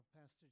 Pastor